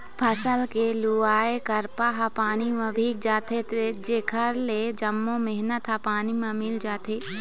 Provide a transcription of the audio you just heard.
फसल के लुवाय करपा ह पानी म भींग जाथे जेखर ले जम्मो मेहनत ह पानी म मिल जाथे